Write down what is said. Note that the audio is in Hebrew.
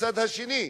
מהצד השני,